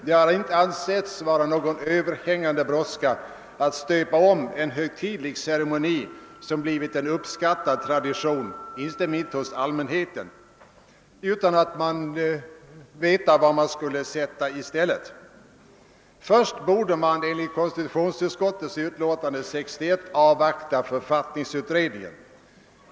Det har inte ansetts vara någon överhängande brådska att stöpa om en högtidlig ceremoni som blivit en uppskattad tradition — inte minst hos allmänheten — utan att veta vad man skulle ersätta den med. Först borde man enligt konstitutionsutskottets utlåtande år 1961 avvakta författningsutredningen.